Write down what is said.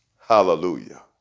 Hallelujah